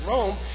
Rome